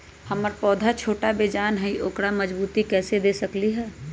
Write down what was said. हमर पौधा छोटा बेजान हई उकरा मजबूती कैसे दे सकली ह?